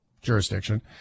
jurisdiction